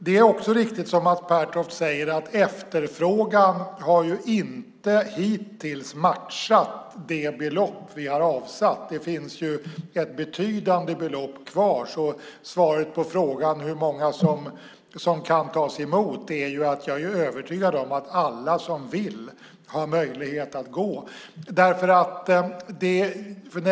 Det är också riktigt, som Mats Pertoft säger, att efterfrågan hittills inte har matchat det belopp vi har avsatt. Det finns ett betydande belopp kvar. Svaret på frågan hur många som kan tas emot är att jag är övertygad om att alla som vill har möjlighet att gå.